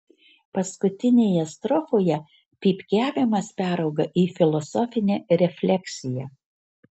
paskutinėje strofoje pypkiavimas perauga į filosofinę refleksiją